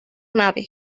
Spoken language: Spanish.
nave